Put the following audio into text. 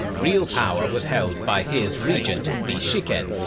real power was held by his regent, the shikken,